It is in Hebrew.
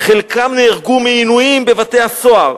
חלקם נהרגו מעינויים בבתי-הסוהר,